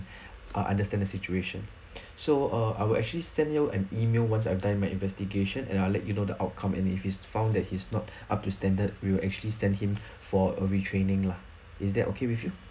uh understand the situation so uh I will actually send you an email once I've done my investigation and I'll let you know the outcome and if it's found that he's not up to standard we will actually send him for a retraining lah is that okay with you